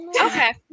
Okay